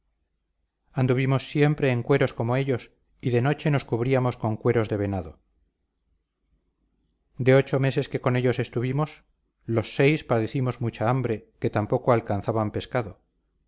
anduvimos siempre en cueros como ellos y de noche nos cubríamos con cueros de venado de ocho meses que con ellos estuvimos los seis padecimos mucha hambre que tampoco alcanzan pescado